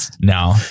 no